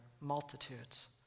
multitudes